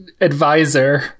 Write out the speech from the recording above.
advisor